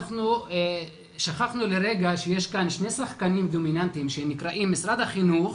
אנחנו שכחנו לרגע שיש כאן שני שחקנים דומיננטיים שנקראים משרד החינוך